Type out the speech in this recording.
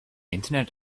internet